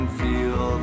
feel